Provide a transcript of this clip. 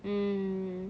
mm